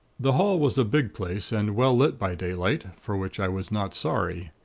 the hall was a big place, and well lit by daylight for which i was not sorry.